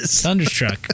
Thunderstruck